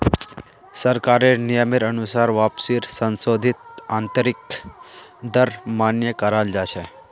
सरकारेर नियमेर अनुसार वापसीर संशोधित आंतरिक दर मान्य कराल जा छे